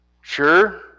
Sure